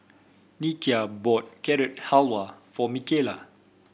Nikia bought Carrot Halwa for Mikala